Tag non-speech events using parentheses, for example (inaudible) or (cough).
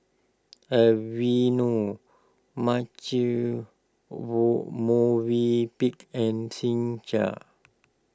Aveeno Marche (unintelligible) Movenpick and Singha